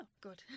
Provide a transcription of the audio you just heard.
Good